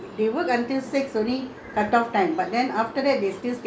no no no you go and check with all the law firms they work very late